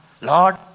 Lord